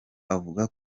avuga